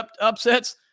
upsets